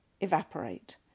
evaporate